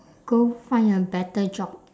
go find a better job